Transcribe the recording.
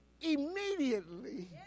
Immediately